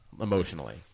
emotionally